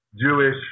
jewish